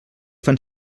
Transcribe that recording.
fan